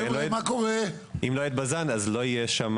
כשבז"ו לא תהיה,